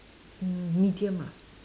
mm medium ah